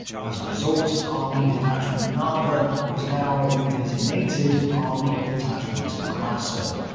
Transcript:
as a result, army detachment narva was now redesignated army detachment grasser.